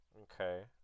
Okay